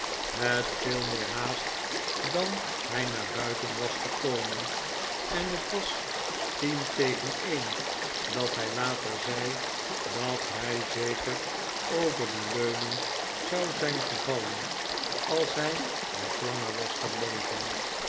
met veel meer haast dan hij naar buiten was gekomeh en het was tien tegen een dat hij later zei dat hij zeker over de leuning zou zijn gevallen als hij nog langer was gebleven